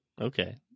okay